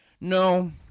no